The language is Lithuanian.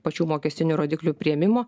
pačių mokestinių rodiklių priėmimo